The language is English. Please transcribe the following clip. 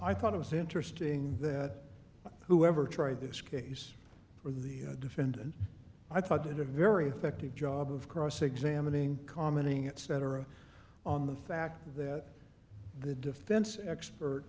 i thought it was interesting that whoever tried this case for the defendant i thought it a very effective job of cross examining commenting etc on the fact that the defense expert